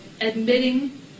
admitting